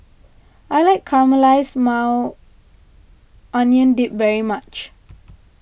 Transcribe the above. I like Caramelized Maui Onion Dip very much